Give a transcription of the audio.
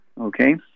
Okay